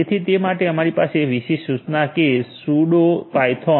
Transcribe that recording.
તેથી તે માટે અમારી પાસે વિશિષ્ટ સૂચના છે કે sudo python